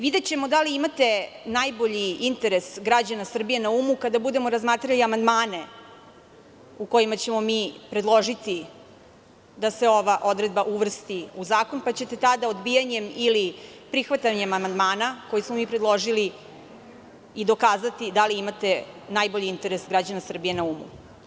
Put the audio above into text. Videćemo da li imate najbolji interes građana Srbije na umu, kada budemo razmatrali amandmane u kojima ćemo mi predložiti da se ova odredba uvrsti u zakon, pa ćete tada odbijanjem ili prihvatanjem amandmana, koje smo mi predložili, dokazati da li imate najbolji interes građana Srbije na umu.